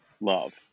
love